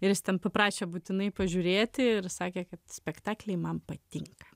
ir jis ten paprašė būtinai pažiūrėti ir sakė kad spektakliai man patinka